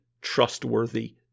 trustworthy